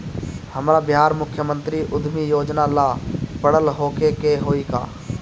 हमरा बिहार मुख्यमंत्री उद्यमी योजना ला पढ़ल होखे के होई का?